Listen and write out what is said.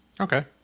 Okay